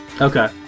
Okay